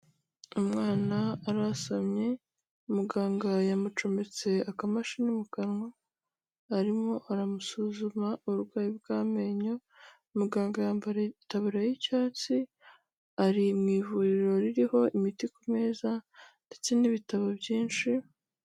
Umwana arasamye muganga yamucometse akamashini mu kanwa arimo aramusuzuma uburwayi bw'amenyo, muganga yambaye itaburiya y'icyatsi ari mu ivuriro ririho imiti ku meza ndetse n'ibitabo byinshi.